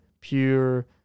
pure